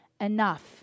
enough